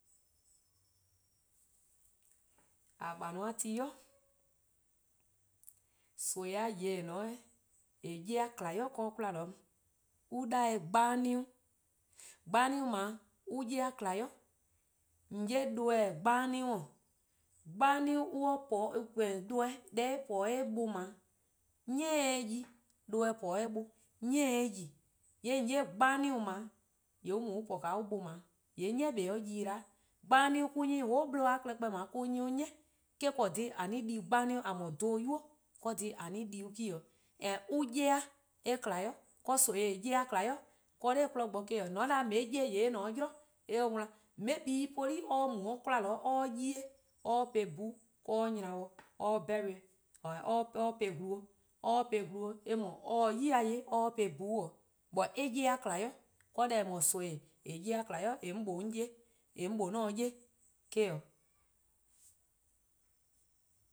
:A :bai'-a ti 'i, nimi :yeh :eh :korn-a 'ye-a :kma 'i 'de kwla an 'da-dih-eh gbanemon. Gbanemon :dao' an 'ye-a :kma 'i. :on 'ye doeh-: gbanemon-: doeh 'de eh po-a 'de eh buh 'ni 'ye 'de yi, doeh po 'de buh 'ni :se 'de yi, :yee :an 'ye gbanemon :dao' weh eh, 'de on po-a 'de 'an-a' buh :yee' 'ni kpa 'de :yi 'da weh, gbanemon mo-: myi whole bluhba-a klehkpeh 'ni. Eh-: :korn :a 'di-a gbanemon :a :mor dho-'yu deh :korn-a dhih :a di-uh-a me 'o. and an-' 'ye-a eh :kma 'i. Nimi :eh :korn-a '. ye-a :kma 'i 'nor 'kmo bo eh 'o. :mor 'da :on 'ye-eh 'ye :yee' eh :ne 'de 'yli eh wan. Mabe :mor poli se-eh 'ye 'de or 'ye-eh bhu-: po 'do on nyne-dih on po-eh glu. Or se 'yi-dih 'ye 'de or po-eh buh 'o. Eh 'ye-a :kma 'i. Deh :eh no-a nimi :eh :korn-a 'ye-a :kma 'i :eh 'mor mlor 'on se-a 'ye 'ye eh-: 'o